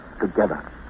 Together